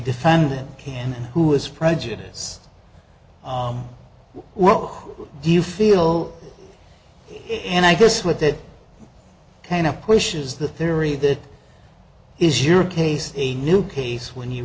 defendant can who is prejudiced roque do you feel and i guess what that kind of pushes the theory that is your case a new case when you